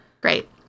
Great